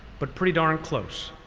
but pretty darn close.